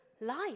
life